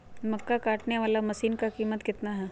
मक्का कटने बाला मसीन का कीमत कितना है?